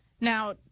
Now